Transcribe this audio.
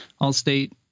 All-state